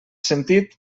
sentit